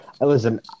Listen